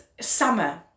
summer